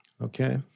Okay